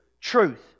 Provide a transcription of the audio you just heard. truth